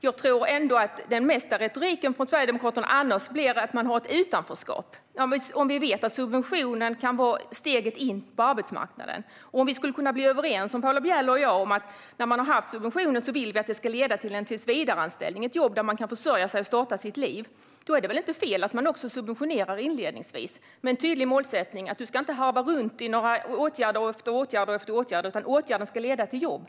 Jag tror att det mesta av retoriken från Sverigedemokraterna annars handlar om att det finns ett utanförskap. Om vi vet att subventionen kan vara steget in på arbetsmarknaden - och om Paula Bieler och jag skulle kunna bli överens om att vi vill att subventionen ska leda till en tillsvidareanställning och ett jobb där den berörda personen kan försörja sig och starta sitt liv - är det väl inte fel att man subventionerar inledningsvis? Det ska finnas en tydlig målsättning att personen inte ska harva runt i åtgärd efter åtgärd, utan åtgärden ska leda till jobb.